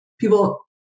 people